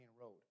road